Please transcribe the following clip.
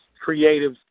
creative